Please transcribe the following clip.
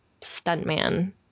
stuntman